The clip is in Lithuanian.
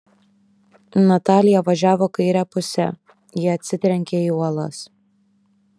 natalija važiavo kaire puse ji atsitrenkia į uolas